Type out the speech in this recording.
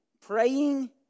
Praying